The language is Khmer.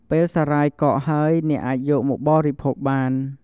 ពេលសារាយកកហើយ អ្នកអាចយកមកបរិភោគបាន។